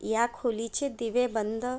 या खोलीचे दिवे बंद